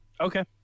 Okay